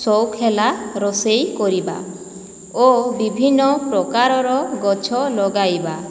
ସଉକ ହେଲା ରୋଷେଇ କରିବା ଓ ବିଭିନ୍ନ ପ୍ରକାରର ଗଛ ଲଗାଇବା